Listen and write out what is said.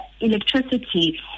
electricity